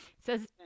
says